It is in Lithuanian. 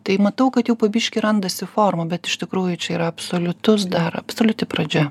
tai matau kad jau po biškį randasi forma bet iš tikrųjų čia yra absoliutus dar absoliuti pradžia